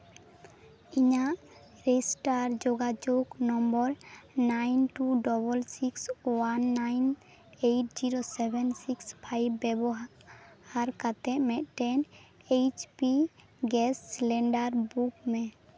ᱤᱧᱟᱹᱜ ᱨᱮᱡᱤᱥᱴᱟᱨ ᱡᱳᱜᱟᱡᱳᱜᱽ number nine two double six one nine eight zero seven six ᱵᱮᱵᱚᱦᱟᱨ ᱠᱟᱛᱮᱫ ᱢᱤᱫᱴᱟᱝ H P gas cylinder book ᱢᱮ